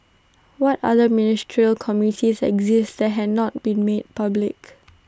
what other ministerial committees exist that had not been made public